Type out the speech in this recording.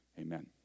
Amen